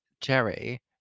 Jerry